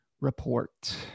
report